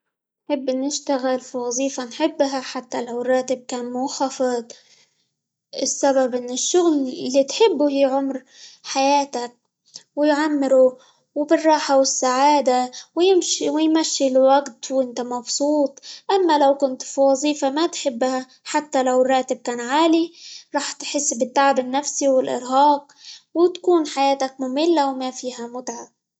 نحب نشتغل في وظيفة نحبها حتى لو الراتب كان منخفض؛ السبب إن الشغل اللي تحبه يعمر حياتك، ويعمره، وبالراحة، والسعادة، و -يمشي- ويمشي الوقت وانت مبسوط، أما لو كنت في وظيفة ما تحبها حتى لو الراتب كان عالي راح تحس بالتعب النفسي، والإرهاق، وتكون حياتك مملة، وما فيها متعة.